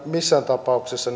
missään tapauksessa